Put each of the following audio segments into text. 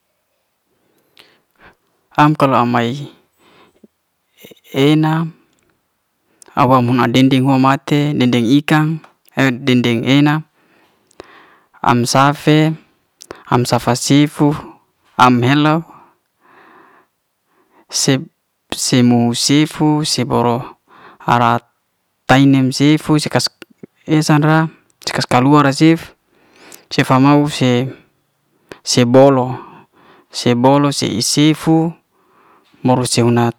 am kalau amae ena aba'bun a'den- de hua mate den- deng ikan, den- deng ena am safe, am safa sifu am helo se se mo sifu se'boro ara'tainim sifu se'kas fusi'fan esa'ra se kas kaluar'ra cef sefa mau se se bolo se bolo se i sifu baru se unat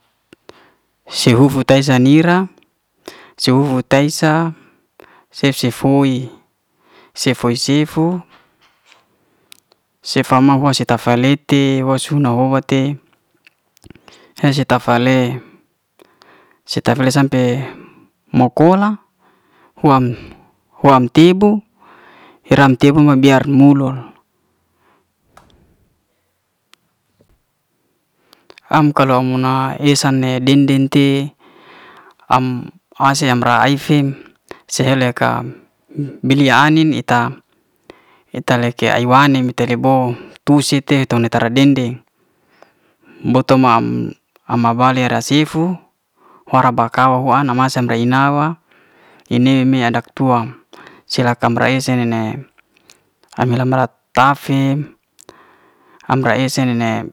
se hufu tai'se ni'ra, se'hufu tai sa sef sef'foy, se foy'sifu sefa mau hua seta sa'fete wa suna wo'wah te he seta fale seta fa le sampe mo kola hu'wam hu'wam tebu heram tebu mabi'yar mu'lol am kala muna esa ne den'den te am ase am ra'aife se he'leka bil'ya ai'nin eta eta leka lay wa'ne be ta le'bo tu se ton ta ra- den- deng bouton ma ama bale ra sifu fa'ra ba'kau wa'anam masa rei'nawa ine me adak'tua se'rakam ra'ese am bela'tafe am ra ese ne'nem.